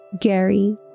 Gary